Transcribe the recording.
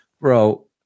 Bro